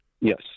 Yes